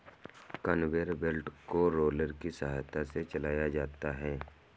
conveyor belt को roller की सहायता से चलाया जाता है